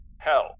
Hell